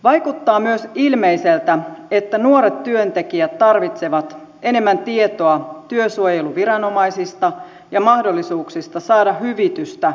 vaikuttaa myös ilmeiseltä että nuoret työntekijät tarvitsevat enemmän tietoa työsuojeluviranomaisista ja mahdollisuuksista saada hyvitystä oikeudenloukkauksista